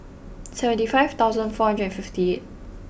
seventy five thousand four hundred and fifty eight